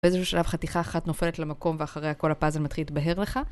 באיזשהו שלב חתיכה אחת נופלת למקום ואחריה כל הפאזל מתחיל להתבהר לך